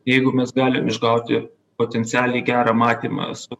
jeigu mes galim išgauti potencialiai gerą matymą su